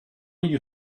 you